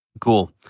cool